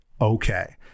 okay